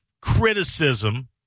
criticism